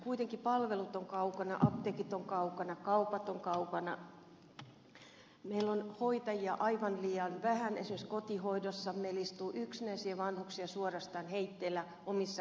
kuitenkin palvelut ovat kaukana apteekit ovat kaukana kaupat ovat kaukana meillä on hoitajia aivan liian vähän esimerkiksi kotihoidossa meillä istuu yksinäisiä vanhuksia suorastaan heitteillä omissa kodeissansa